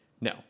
No